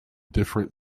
different